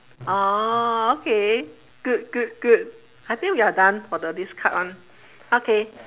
orh okay good good good I think we are done for the this card [one] okay